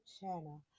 channel